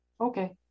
Okay